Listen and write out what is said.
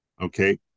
Okay